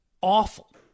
awful